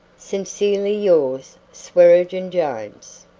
sincerely yours, swearengen jones.